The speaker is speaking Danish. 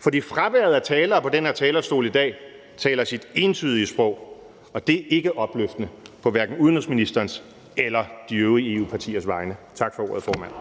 for fraværet af talere på den her talerstol i dag taler sit entydige sprog. Og det er ikke opløftende for hverken udenrigsministerens parti eller de øvrige EU-partier. Tak for ordet, formand.